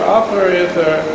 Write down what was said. operator